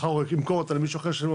מחר הוא ימכור אותה למישהו אחר שיתן לו